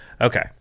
Okay